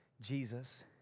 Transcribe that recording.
Jesus